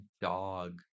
dog